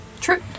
true